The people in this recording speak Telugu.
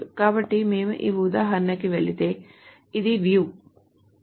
కాబట్టి మేము ఈ ఉదాహరణకి వెళితే కాబట్టి ఇది view